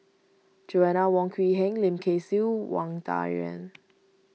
Joanna Wong Quee Heng Lim Kay Siu Wang Dayuan